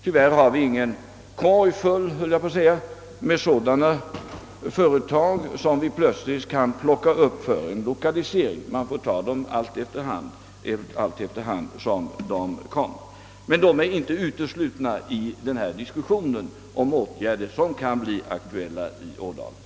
Tyvärr har vi ingen korg full med sådana företag som vi plötsligt kan plocka upp och lokalisera. Vi får ta dem efter hand som de blir aktuella, men de är inte uteslutna ur denna diskussion om åtgärder som kan bli aktuella i Ådalen.